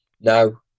No